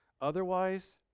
Otherwise